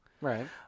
Right